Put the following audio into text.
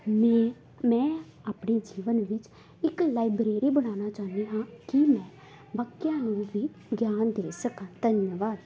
ਮੈ ਮੈਂ ਆਪਣੇ ਜੀਵਨ ਵਿੱਚ ਇੱਕ ਲਾਈਬ੍ਰੇਰੀ ਬਣਾਉਣਾ ਚਾਹੁੰਦੀ ਹਾਂ ਕਿ ਮੈਂ ਬਾਕੀਆਂ ਨੂੰ ਵੀ ਗਿਆਨ ਦੇ ਸਕਾਂ ਧੰਨਵਾਦ